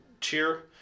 cheer